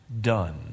done